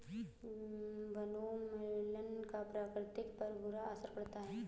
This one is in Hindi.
वनोन्मूलन का प्रकृति पर बुरा असर पड़ता है